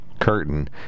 curtain